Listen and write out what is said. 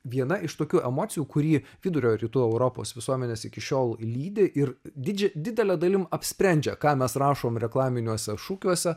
viena iš tokių emocijų kurį vidurio rytų europos visuomenes iki šiol lydi ir didži didele dalimi apsprendžia ką mes rašome reklaminiuose šūkiuose